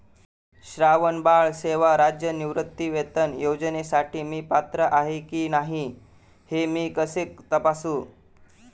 श्रावणबाळ सेवा राज्य निवृत्तीवेतन योजनेसाठी मी पात्र आहे की नाही हे मी कसे तपासू?